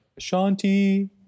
Shanti